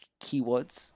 keywords